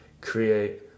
create